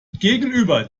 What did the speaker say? gegenüber